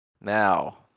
Now